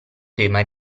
tema